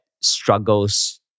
struggles